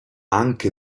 anche